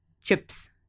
chips